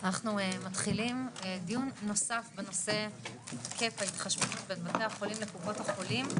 אנחנו מתחילים דיון נוסף בנושא התחשבנות בין בתי החולים לקופות החולים.